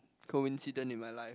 coincident in my life